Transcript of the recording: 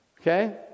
Okay